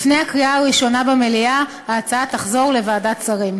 לפני הקריאה הראשונה במליאה ההצעה תחזור לוועדת שרים.